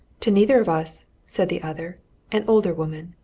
to neither of us, said the other an older woman,